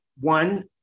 One